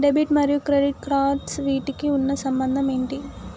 Debit మరియు credit cards వీటికి ఉన్న సంబంధం ఏంటి?